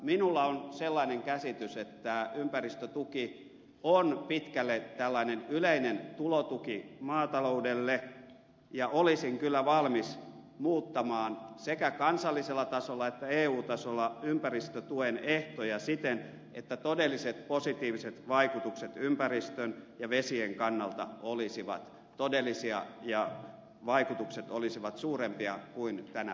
minulla on sellainen käsitys että ympäristötuki on pitkälle tällainen yleinen tulotuki maataloudelle ja olisin kyllä valmis muuttamaan sekä kansallisella tasolla että eu tasolla ympäristötuen ehtoja siten että positiiviset vaikutuksen ympäristön ja vesien kannalta olisivat todellisia ja vaikutukset olisivat suurempia kuin tänä päivänä